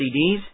CDs